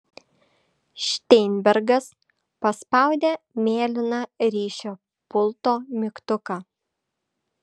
šteinbergas paspaudė mėlyną ryšio pulto mygtuką